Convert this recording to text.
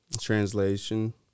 translation